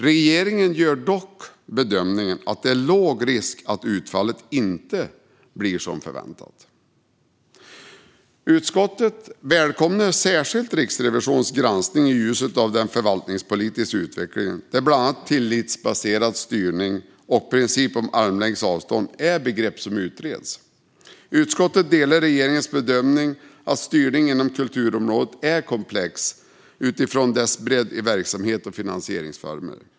Regeringen gör dock bedömningen att det är låg risk att utfallet inte blir som förväntat. Utskottet välkomnar särskilt Riksrevisionens granskning i ljuset av den förvaltningspolitiska utvecklingen, där bland annat tillitsbaserad styrning och principen om armlängds avstånd är begrepp som utreds. Utskottet delar regeringens bedömning att styrningen inom kulturområdet är komplex utifrån dess bredd i verksamhets och finansieringsformer.